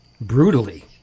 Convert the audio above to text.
brutally